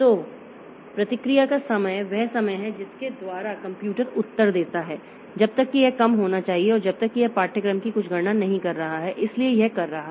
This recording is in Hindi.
तो प्रतिक्रिया का समय वह समय है जिसके द्वारा कंप्यूटर उत्तर देता है जब तक कि यह कम होना चाहिए और जब तक कि यह पाठ्यक्रम की कुछ गणना नहीं कर रहा है इसलिए यह कर रहा है